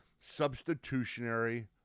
substitutionary